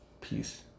Peace